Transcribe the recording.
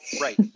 right